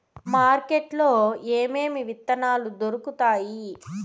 market లో ఏమేమి విత్తనాలు దొరుకుతాయి